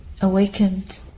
awakened